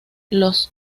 los